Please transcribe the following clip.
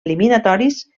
eliminatoris